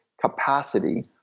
capacity